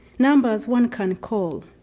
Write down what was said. numbers one can call.